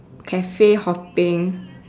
cafe hopping